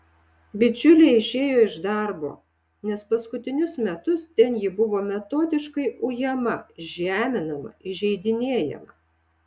bičiulė išėjo iš darbo nes paskutinius metus ten ji buvo metodiškai ujama žeminama įžeidinėjama